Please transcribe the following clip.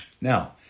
now